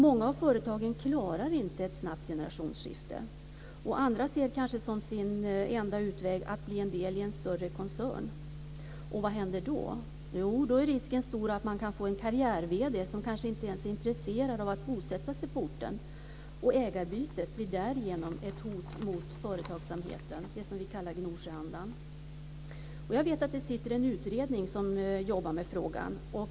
Många av företagen klarar inte ett snabbt generationsskifte. Andra småföretag ser det kanske som enda utväg att bli en del i en större koncern. Och vad händer då? Jo, då är risken stor att man kan få en karriär-vd som kanske inte ens är intresserad av att bosätta sig på orten. Ägarbytet blir därigenom ett hot mot företagsamheten, det som vi kallar för Gnosjöandan. Jag vet att man har tillsatt en utredning som jobbar med frågan.